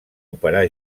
operar